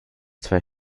zwei